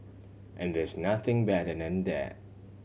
and there's nothing better than that